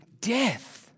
death